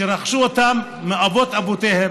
שרכשו אותן מאבות אבותיהם.